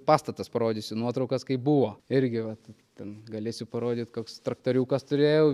pastatas parodysiu nuotraukas kaip buvo irgi vat ten galėsiu parodyt koks traktoriukas turėjau